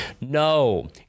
No